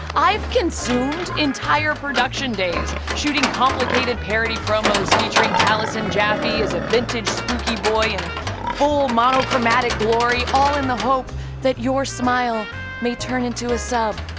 i've consumed entire production days shooting complicated parody promos featuring taliesin jaffe as a vintage spooky boy in full monochromatic glory, all in the hope that your smile may turn into a sub.